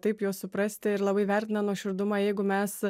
taip juos suprasti ir labai vertina nuoširdumą jeigu mes